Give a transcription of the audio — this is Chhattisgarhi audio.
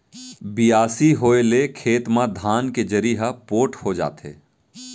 बियासी होए ले खेत म धान के जरी ह पोठ हो जाथे